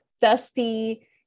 dusty